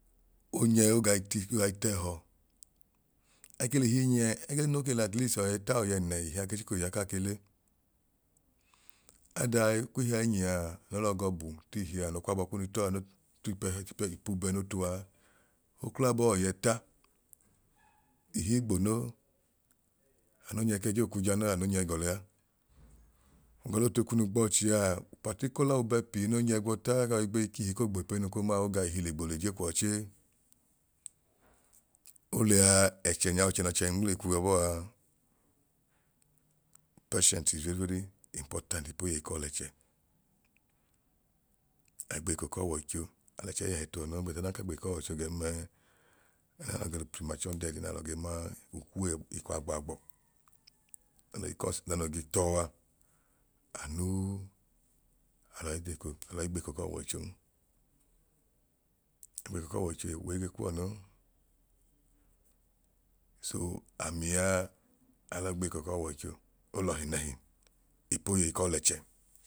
Onyẹ ogai ti ogai t'ẹẹhọ. Ake l'ihi nyi ẹ ẹgẹ duu no lẹ at least ọyẹta ọyẹẹnẹ ihia ke chiko iya kaa ke le. Adaa kw'ihi ai nyia olọgọ t'ihia ano kwabọ kunu itọọ t'ipuubẹ no tu aa oklabọọ ọyẹta ihii gbo noo ano nyẹ k'ẹjẹ oku janọọẹ ano nyẹ gọ lẹa ogọlẹ otu kunu gbọọchiaa particular ubẹ pii no nyẹ gwọọta oyọi gbeyi k'ihi koo gbo ipunu koo maa oga ihi le gbo le je kwọọ chee. Olẹaa ẹchẹ nyaa ọchẹ n'ọchẹ inmleikwu yọbọaa. Patient is very very important ipoyeyi k'ọlẹchẹ, ai gbeeko k'ọwọicho alẹchẹ ihẹhẹ tuọ noo but aman agbeeko k'ọwọicho gẹn mẹẹ premature dead naalọ gee maa okwue ikwa agbaagbọ ọda noo ge kọs ọda noo gee tọọ a anu alọi gbeeko alọi gbeeko k'ọwọichon. Agbeeko k'ọwọicho uwei ge kwu wọ non soo amia alọ gbeeko k'ọwọicho olọhi nẹhi